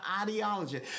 ideology